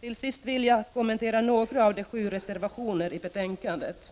Till sist vill jag kommentera några av de sju reservationerna i betänkandet.